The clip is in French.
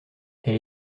elle